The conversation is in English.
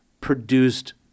produced